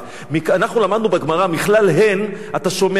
אנחנו למדנו בגמרא: מכלל הן אתה שומע לאו.